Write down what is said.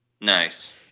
Nice